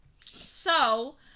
So-